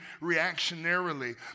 reactionarily